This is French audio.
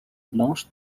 blanche